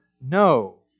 no